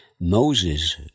Moses